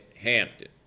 Hampton